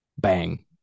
bang